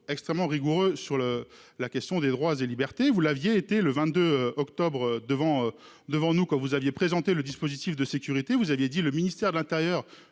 extrêmement rigoureux sur le, la question des droits et libertés. Vous l'aviez été le 22 octobre devant devant nous que vous aviez présenté le dispositif de sécurité. Vous aviez dit le ministère de l'Intérieur